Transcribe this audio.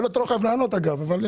אתה לא חייב לענות, אבל.